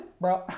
Bro